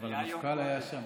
אבל המפכ"ל היה שם,